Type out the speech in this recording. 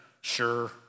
sure